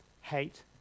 hate